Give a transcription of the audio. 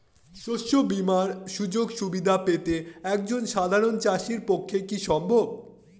শস্য বীমার সুযোগ সুবিধা পেতে একজন সাধারন চাষির পক্ষে কি সম্ভব?